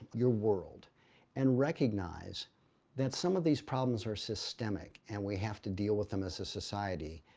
your world and recognize that some of these problems are systemic and we have to deal with them as a society.